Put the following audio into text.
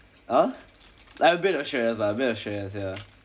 ah like a bit of stress lah a bit of stress ya